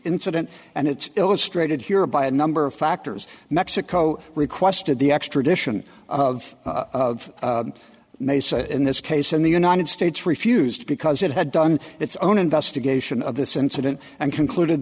incident and it's illustrated here by a number of factors mexico requested the extradition of of mesa in this case and the united states refused because it had done its own investigation of this incident and concluded